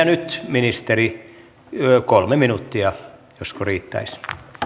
nyt ministeri kolme minuuttia josko riittäisi